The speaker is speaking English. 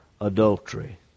Adultery